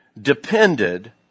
depended